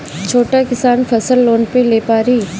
छोटा किसान फसल लोन ले पारी?